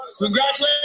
Congratulations